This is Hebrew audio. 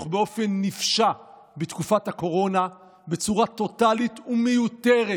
באופן נפשע בתקופת הקורונה בצורה טוטלית ומיותרת,